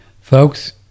folks